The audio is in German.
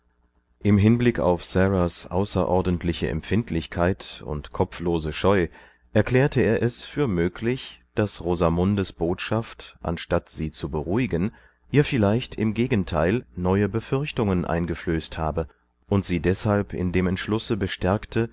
im hinblick auf saras außerordentliche empfindlichkeit und kopflose scheu erklärte er es für möglich daß rosamundes botschaft anstatt sie zu beruhigen ihr vielleicht im gegenteil neue befürchtungen eingeflößt habe und sie deshalb in dem entschlusse bestärte